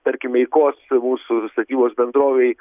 tarkim eikos mūsų statybos bendrovei